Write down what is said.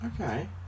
okay